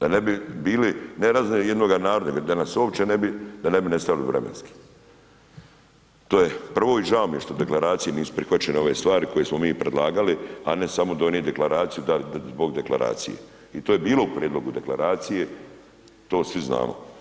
da ne bi bili … [[Govornik se ne razumije]] jednoga naroda, nego da nas uopće ne bi, da ne bi nestali vremenski, to je prvo i žao mi je što u deklaraciji nisu prihvaćene ove stvari koje smo mi predlagali, a ne samo donijet deklaraciju zbog deklaracije i to je bilo u prijedlogu deklaracije, to svi znamo.